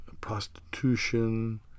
prostitution